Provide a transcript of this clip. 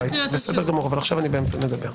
עכשיו אני באמצע לדבר.